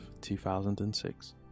2006